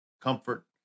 comfort